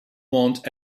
want